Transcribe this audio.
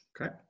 Okay